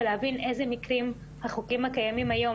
ולהבין איזה מקרים החוקים הקיימים היום,